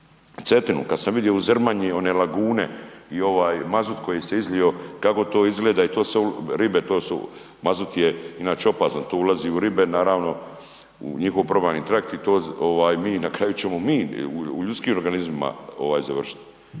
Cetinu, kad sam vidio u Zrmanji one lagune i ovaj mazut koji se izlio, kako to izgleda i ribe, mazut je inače opasan, to ulazi u ribe naravno, u njihov probavni trakt i na kraju ćemo mi, u ljudskim organizmima završiti.